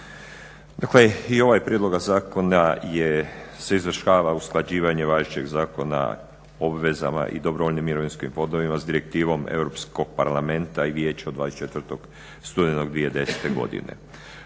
Dakle i ovim prijedlogom zakona se izvršava usklađivanje važećeg Zakona o obvezama i dobrovoljnim mirovinskim fondovima s Direktivom Europskog parlamenta i Vijeća od 24. studenog 2010. godine,